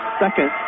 second